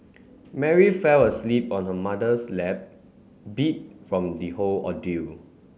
Mary fell asleep on her mother's lap beat from the whole ordeal